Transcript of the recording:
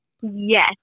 Yes